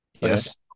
Yes